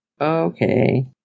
Okay